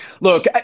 Look